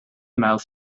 mouth